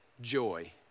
joy